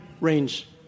range